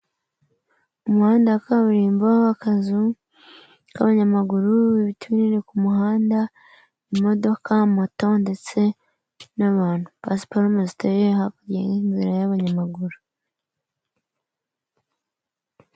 Umuhanda wa kaburimbo uriho akazu k'abanyamaguru, ibiti binini ku muhanda, imodoka, moto ndetse n'abantu, pasiparumu ziteye hakurya y'inzira y'abanyamaguru.